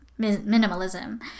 minimalism